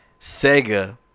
Sega